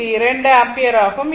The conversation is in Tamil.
அது 2 ஆம்பியர் ஆகும்